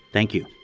thank you